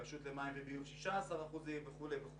הרשות למים וביוב 16%, וכולי.